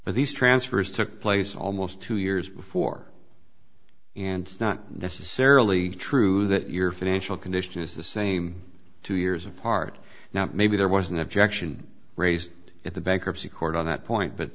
but these transfers took place almost two years before and not necessarily true that your financial condition is the same two years apart now maybe there was an objection raised at the bankruptcy court on that point but